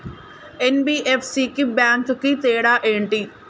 NBFC కి bank కి తేడా ఏంటి?